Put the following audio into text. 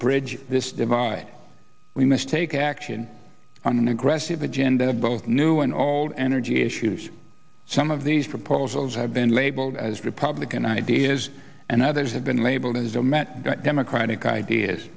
bridge this divide we must take action on an aggressive agenda of both new and old energy issues some of these proposals have been labeled as republican ideas and others have been labeled as a met democratic ideas